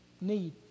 Need